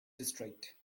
district